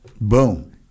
boom